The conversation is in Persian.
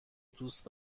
دوست